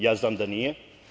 Ja znam da nije.